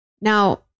Now